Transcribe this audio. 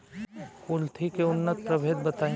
कुलथी के उन्नत प्रभेद बताई?